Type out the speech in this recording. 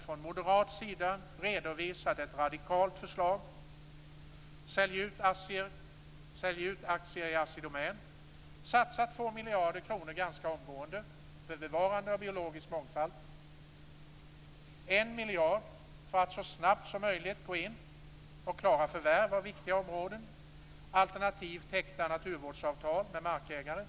Från moderat sida har vi redovisat ett radikalt förslag: Sälj ut aktier i Assi Domän! Satsa 2 miljarder kronor ganska omgående på bevarande av biologisk mångfald och 1 miljard kronor för att så snabbt som möjligt gå in och klara förvärv av viktiga områden! Alternativt: Teckna naturvårdsavtal med markägaren!